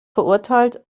verurteilt